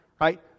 right